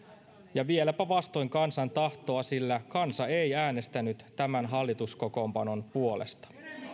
ja vieläpä vastoin kansan tahtoa sillä kansa ei äänestänyt tämän hallituskokoonpanon puolesta